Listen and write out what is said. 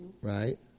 Right